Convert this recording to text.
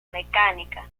mecánica